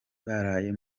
baraye